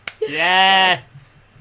Yes